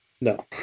No